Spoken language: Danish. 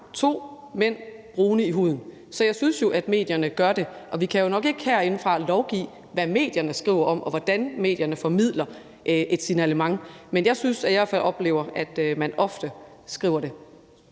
der er brune i huden. Så jeg synes, at medierne gør det, og vi kan jo nok ikke herindefra lovgive om, hvad medierne skriver om, og hvordan medierne formidler et signalement, men jeg synes i hvert fald, at jeg oplever, at man ofte skriver det.